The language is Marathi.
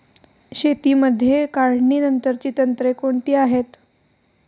शेतीमध्ये काढणीनंतरची तंत्रे कोणती आहेत?